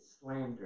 slander